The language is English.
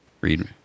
read